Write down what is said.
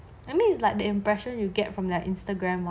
I mean it's like the impression you get from their instagram